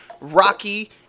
Rocky